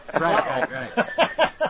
right